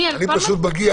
כל מקום פתוח ציבור.